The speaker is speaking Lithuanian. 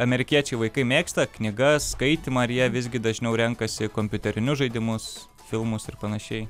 amerikiečiai vaikai mėgsta knygas skaitymą ar jie visgi dažniau renkasi kompiuterinius žaidimus filmus ir panašiai